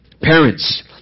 Parents